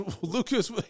Lucas